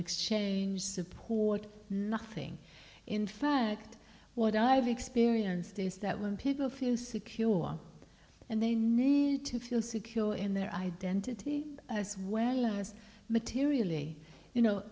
exchange support nothing in fact what i've experienced is that when people feel secure and they need to feel secure in their identity as well as materially you know